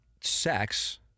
sex